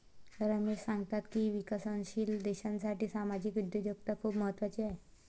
रमेश सांगतात की विकसनशील देशासाठी सामाजिक उद्योजकता खूप महत्त्वाची आहे